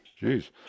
Jeez